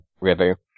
river